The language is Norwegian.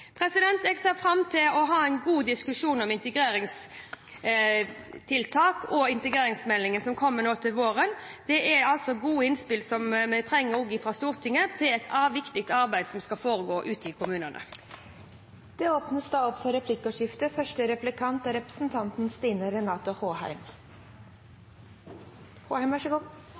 Jeg ser fram til å ha en god diskusjon om integreringstiltak og integreringsmeldingen som kommer nå til våren. Vi trenger også gode innspill fra Stortinget til dette viktige arbeidet som skal foregå ute i kommunene. Det blir replikkordskifte. Vi er jo kjent med at Fremskrittspartiet har en viss tendens til å bedrive dobbeltkommunikasjon, og også i integreringspolitikken er